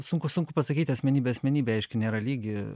sunku sunku pasakyti asmenybė asmenybė aiškiai nėra lygi